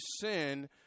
sin